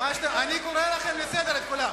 אני קורא לכם לסדר, את כולם.